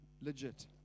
Legit